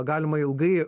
galima ilgai